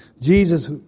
Jesus